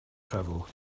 travel